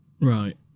right